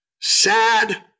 sad